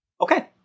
Okay